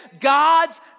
God's